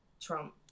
Trump